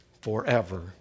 forever